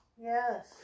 Yes